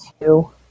two